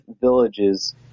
villages